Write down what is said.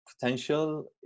potential